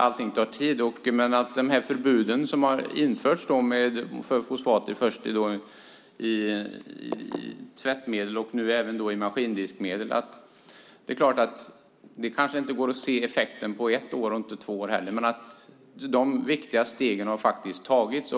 Det förbud mot fosfat som har införts först i tvättmedel och nu även i maskindiskmedel kanske det inte går att se effekten av på ett eller två år, men det är viktiga steg som har tagits.